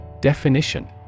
Definition